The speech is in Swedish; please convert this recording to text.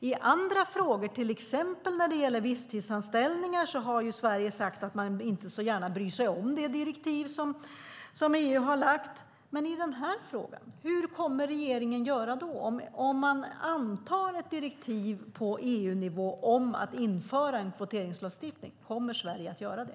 I andra frågor, till exempel när det gäller visstidsanställningar, har ju Sverige sagt att man inte så gärna bryr sig om de direktiv som EU har lagt fram, men hur kommer regeringen att göra i den här frågan? Om man antar ett direktiv på EU-nivå om att införa en kvoteringslagstiftning, kommer Sverige att bry sig om det?